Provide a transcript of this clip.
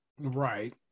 right